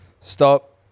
stop